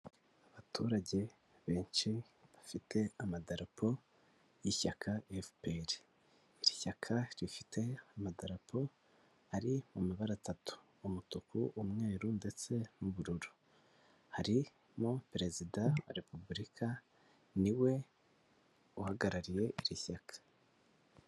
Abaturage benshi bafite amadarapo y'ishyaka fpr iri shyaka rifite amadarapo ari mu mabara atatu umutuku umweru ndetse n'ubururu hari mo perezida wa repubulika ni we uhagarariye iri shyaka.